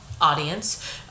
audience